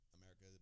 America